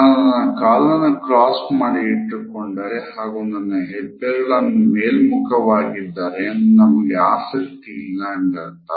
ನಾನು ನನ್ನ ಕಾಲನ್ನು ಕ್ರಾಸ್ ಮಾಡಿ ಇಟ್ಟುಕೊಂಡರೆ ಹಾಗು ನನ್ನ ಹೆಬ್ಬೆರಳು ಮೇಲ್ಮುಖವಾಗಿ ಇದ್ದಾರೆ ನಮಗೆ ಆಸಕ್ತಿ ಇಲ್ಲ ಅಂದರ್ಥ